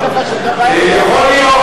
יכול להיות,